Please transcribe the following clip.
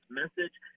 message